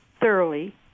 thoroughly